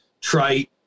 trite